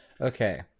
Okay